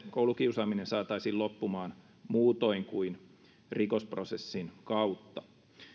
koulukiusaaminen saataisiin loppumaan muutoin kuin rikosprosessin kautta